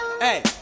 hey